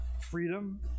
freedom